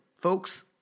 folks